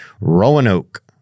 Roanoke